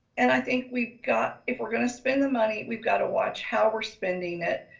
and i think we've got, if we're gonna spend the money, we've got to watch how we're spending it.